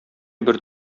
бер